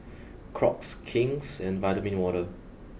Crocs King's and Vitamin Water